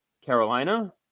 Carolina